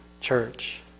church